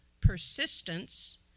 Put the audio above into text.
persistence